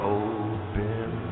open